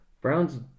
Browns